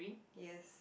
yes